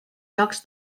jocs